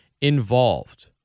involved